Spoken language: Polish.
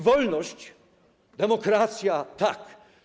Wolność, demokracja - tak.